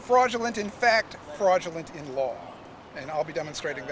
fraudulent in fact fraudulent in law and i'll be demonstrat